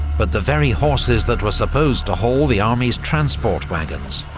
but the very horses that were supposed to haul the army's transport wagons,